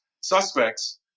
Suspects